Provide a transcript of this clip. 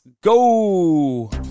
go